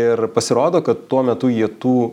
ir pasirodo kad tuo metu jie tų